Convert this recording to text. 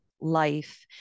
life